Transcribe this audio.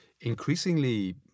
Increasingly